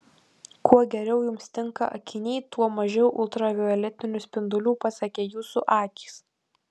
kuo geriau jums tinka akiniai tuo mažiau ultravioletinių spindulių pasiekia jūsų akis